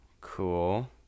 cool